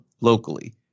locally